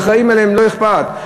שלאחראים להם לא אכפת.